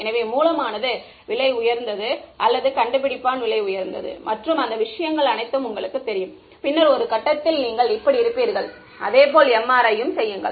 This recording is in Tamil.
எனவே மூலமானது விலை உயர்ந்தது அல்லது கண்டுபிடிப்பான் விலை உயர்ந்தது மற்றும் அந்த விஷயங்கள் அனைத்தும் உங்களுக்குத் தெரியும் பின்னர் ஒரு கட்டத்தில் நீங்கள் இப்படி இருப்பீர்கள் குறிப்பு நேரம் 0949 ஐப் பார்க்கவும் அதே போல் எம்ஆர்ஐயும் செய்யுங்கள்